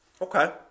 Okay